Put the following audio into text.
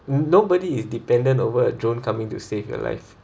mm nobody is dependent over a drone coming to save your life